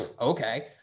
Okay